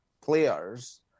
players